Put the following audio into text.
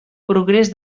progrés